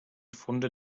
funde